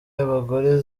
y’abagore